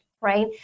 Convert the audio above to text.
right